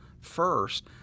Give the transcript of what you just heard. first